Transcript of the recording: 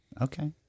okay